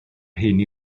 rheiny